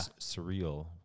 surreal